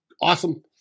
awesome